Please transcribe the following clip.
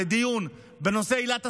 לדיון בנושא עילת הסבירות.